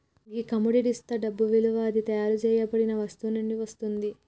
గీ కమొడిటిస్తా డబ్బు ఇలువ అది తయారు సేయబడిన వస్తువు నుండి వస్తుంది